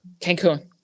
Cancun